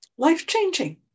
Life-changing